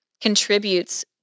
contributes